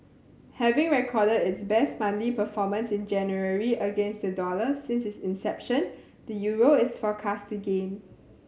having recorded its best monthly performance in January against the dollar since its inception the euro is forecast to gain